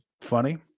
funny